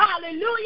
Hallelujah